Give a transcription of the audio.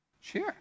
Share